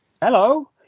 Hello